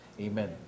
Amen